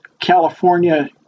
California